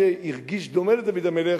את דוד המלך,